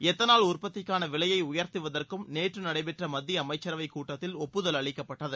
ethanol உற்பத்திக்கான விலையை உயர்த்துவதற்கும் நேற்று நடைபெற்ற மத்திய அமைச்சரவைக் கூட்டத்தில் ஒப்புதல் அளிக்கப்பட்டது